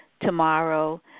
tomorrow